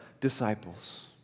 disciples